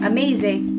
Amazing